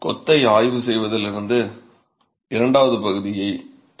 கொத்தை ஆய்வு செய்வதிலிருந்து இரண்டாவது பகுதியை தொடங்குவோம்